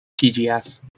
TGS